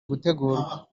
gutegurwa